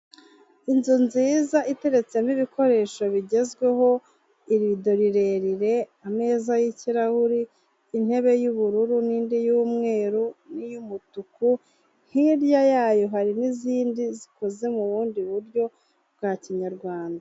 Inzu nziza iteretsemo ibikoresho bigezweho, irido rirerire, ameza y'ikirahure, intebe y'ubururu, n'indi y'umweru, n'iy'umutuku, hirya yayo hari n'izindi zikoze mu bundi buryo, bwa kinyarwanda.